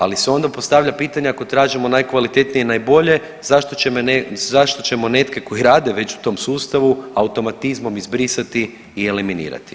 Ali se onda postavlja pitanje ako tražimo najkvalitetnije, najbolje zašto ćemo neke koji već rade u tom sustavu automatizmom izbrisati i eliminirati.